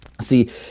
See